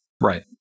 Right